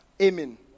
Amen